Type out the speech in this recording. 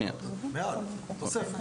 מעל, תוספת.